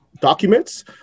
documents